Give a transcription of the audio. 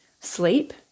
sleep